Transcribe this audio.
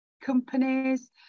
companies